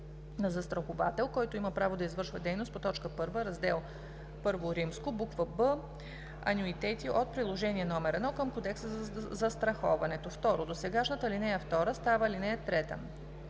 на застраховател, който има право да извършва дейност по т. 1, раздел I, буква „б“ – „анюитети“, от приложение № 1 към Кодекса за застраховането.“ 2. Досегашната ал. 2 става ал. 3.